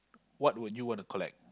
what would you want to collect